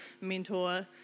mentor